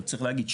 צריך להגיד,